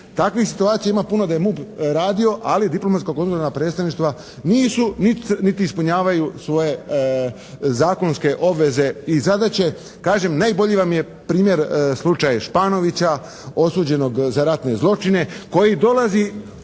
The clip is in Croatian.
Takvih situacija ima puno da je MUP radio, ali diplomatsko konzularna predstavništva nisu niti ispunjavaju svoje zakonske obveze i zadaće. Kažem, najbolji vam je primjer slučaj Španovića, osuđenog za ratne zločine koji dolazi